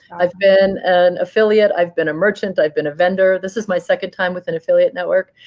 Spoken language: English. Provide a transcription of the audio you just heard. i've been an affiliate. i've been a merchant. i've been a vendor. this is my second time with an affiliate network.